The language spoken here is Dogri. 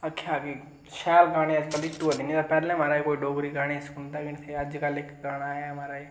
आखेआ के शैल गाने अज्जकल हिट होआ दे न नेईं तां पैहले महाराज कोई डोगरी गाने सुनदा गै नेईं हा अज्जकल इक गाना आया ऐ महाराज